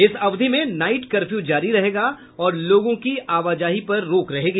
इस अवधि में नाईट कर्फ्यू जारी रहेगा और लोगों की आवाजाही पर रोक रहेगी